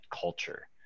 culture